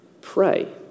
pray